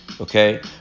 Okay